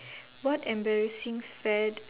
what embarrassing fad